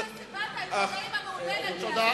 מסיבת העיתונאים המהוללת שעשית על הורדת מסים?